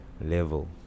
level